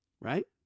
Right